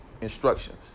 instructions